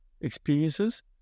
experiences